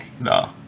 No